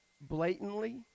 blatantly